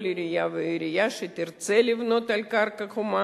עירייה ועירייה שתרצה לבנות על קרקע חומה.